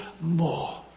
more